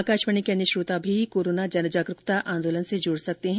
आकाशवाणी के अन्य श्रोता भी कोरोना जनजागरुकता आंदोलन से जुड सकते हैं